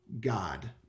God